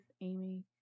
Amy